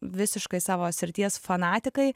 visiškai savo srities fanatikai